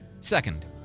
Second